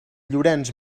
llorenç